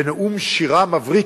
בנאום שירה מבריק,